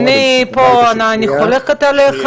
אני חולקת איתך,